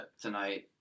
tonight